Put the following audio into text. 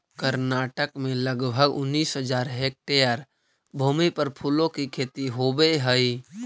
कर्नाटक में लगभग उनीस हज़ार हेक्टेयर भूमि पर फूलों की खेती होवे हई